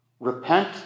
Repent